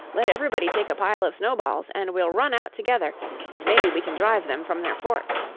let everybody take a pile of snowballs and we'll run out together and maybe we can drive them from their fort.